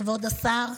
כבוד השר,